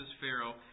Pharaoh